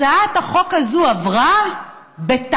הצעת החוק הזו עברה בטעות.